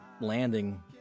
landing